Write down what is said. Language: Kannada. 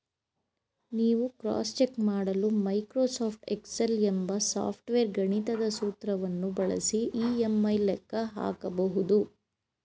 ನೀವು ಕ್ರಾಸ್ ಚೆಕ್ ಮಾಡಲು ಮೈಕ್ರೋಸಾಫ್ಟ್ ಎಕ್ಸೆಲ್ ಎಂಬ ಸಾಫ್ಟ್ವೇರ್ ಗಣಿತದ ಸೂತ್ರವನ್ನು ಬಳಸಿ ಇ.ಎಂ.ಐ ಲೆಕ್ಕ ಹಾಕಬಹುದು